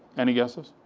any guesses?